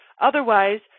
Otherwise